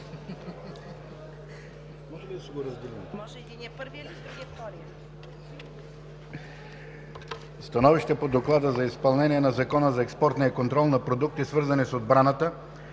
„СТАНОВИЩЕ по Доклада за изпълнението на Закона за експортния контрол на продукти, свързани с отбраната,